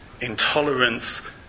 intolerance